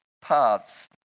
paths